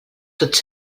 tots